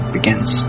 Begins